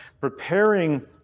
preparing